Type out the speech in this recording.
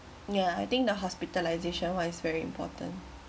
yeah I think the hospitalisation one is very important